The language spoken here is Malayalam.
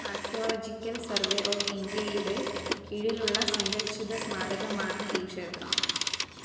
ആർക്കിയോളജിക്കൽ സർവേ ഓഫ് ഇന്ത്യയുടെ കീഴിലുള്ള സംരക്ഷിത സ്മാരകമാണ് ഈ ക്ഷേത്രം